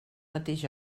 mateix